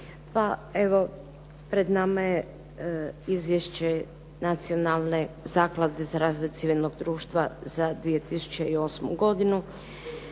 pred nama je Izvješće Nacionalne zaklade za razvoj civilnog društva za 2008. godinu